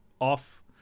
off